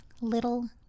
Little